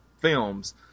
films